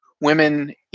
women